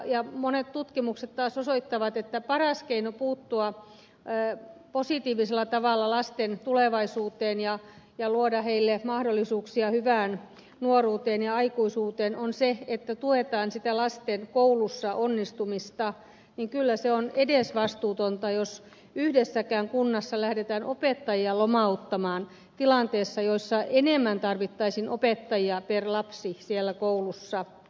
kun monet tutkimukset taas osoittavat että paras keino puuttua positiivisella tavalla lasten tulevaisuuteen ja luoda heille mahdollisuuksia hyvään nuoruuteen ja aikuisuuteen on se että tuetaan lasten koulussa onnistumista niin kyllä se on edesvastuutonta jos yhdessäkään kunnassa lähdetään opettajia lomauttamaan tilanteessa jossa enemmän tarvittaisiin opettajia per lapsi siellä koulussa